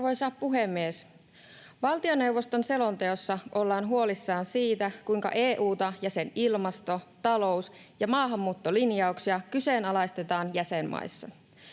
Arvoisa puhemies! Valtioneuvoston selonteossa ollaan huolissaan siitä, kuinka EU:ta ja sen ilmasto-, talous- ja maahanmuuttolinjauksia kyseenalaistetaan jäsenmaissa.